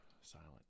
Silent